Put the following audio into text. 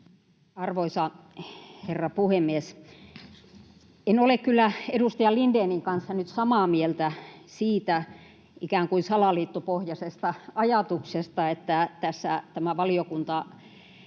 Arvoisa herra puhemies! En ole kyllä edustaja Lindénin kanssa nyt samaa mieltä siitä ikään kuin salaliittopohjaisesta ajatuksesta, että tämä valiokuntapäätös